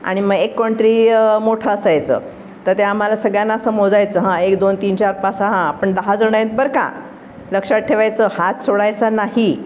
आणि मग एक कोणतरी मोठं असायचं तर ते आम्हाला सगळ्यांना असं मोजायचं हां एक दोन तीन चार पाच सहा हा आपण दहा जणं आहेत बरं का लक्षात ठेवायचं हात सोडायचा नाही